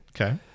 Okay